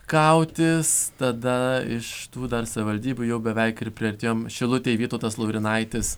kautis tada iš tų dar savivaldybių jau beveik ir priartėjom šilutėje vytautas laurinaitis